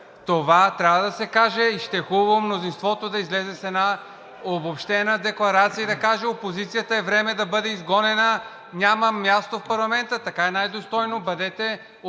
Това трябва да се каже. Ще е хубаво мнозинството да излезе с една обобщена декларация и каже: опозицията е време да бъде изгонена, няма място в парламента. Така е най-достойно. Бъдете откровени